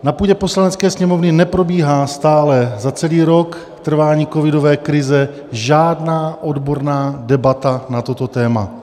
Na půdě Poslanecké sněmovny neprobíhá stále za celý rok trvání covidové krize žádná odborná debata na toto téma.